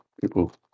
People